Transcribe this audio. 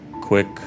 quick